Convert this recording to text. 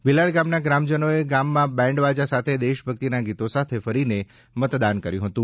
ભિલાડ ગામના ગ્રામજનોએ ગામમાં બેન્ડવાજા સાથે દેશભક્તિના ગીતો સાથે ફરીને મતદાન કર્યું હતું